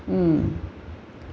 mm